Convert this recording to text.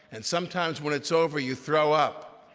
and sometimes, when it's over, you throw up.